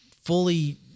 fully